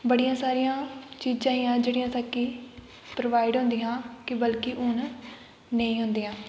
बड़ियां सारियां चीजां हियां जेह्ड़ियां असें गी कि प्रोवाइड होंदियां हियां कि बल्कि हून नेईं होंदियां